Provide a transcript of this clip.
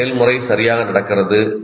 என்ன செயல்முறை சரியாக நடக்கிறது